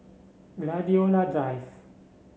Gladiola Drive